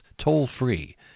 toll-free